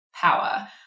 power